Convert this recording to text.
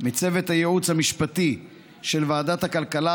מצוות הייעוץ המשפטי של ועדת הכלכלה,